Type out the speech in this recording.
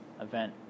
event